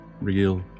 Real